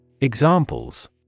Examples